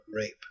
rape